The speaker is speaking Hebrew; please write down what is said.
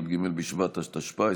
י"ג בטבת התשפ"א,